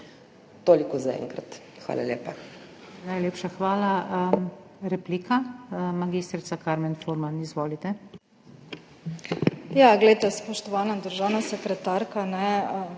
Toliko zaenkrat. Hvala lepa.